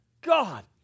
God